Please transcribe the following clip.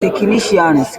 technicians